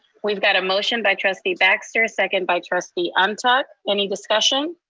we've got a motion by trustee baxter, second by trustee and ntuk. any discussion?